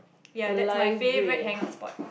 library